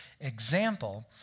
example